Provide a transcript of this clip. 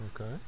Okay